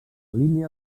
línia